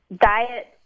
diet